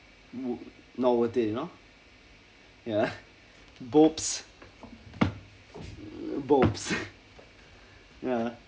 not worth it you know bobs bobs ya